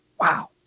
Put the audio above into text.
wow